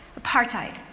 Apartheid